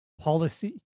policy